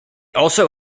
also